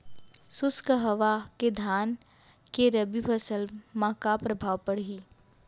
शुष्क हवा के धान के रबि फसल मा का प्रभाव पड़ही?